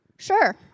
Sure